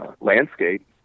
Landscape